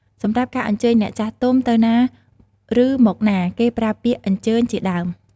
សម្រាប់ការអញ្ជើញអ្នកចាស់ទុំទៅណាឬមកណា គេប្រើពាក្យ "អញ្ជើញ" ជាដើម។